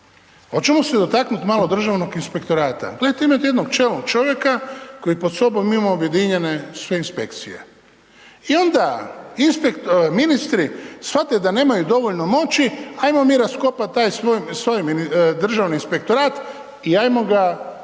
Hoćemo se istaknuti malo Državnog inspektorata? Gledajte imate jednog čelnog čovjeka, koji pred sobom ima objedinjene sve inspekcije. I onda ministri, shvate da nemaju dovoljno moći, ajmo mi raskopati taj …/Govornik se ne razumije./…